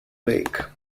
lake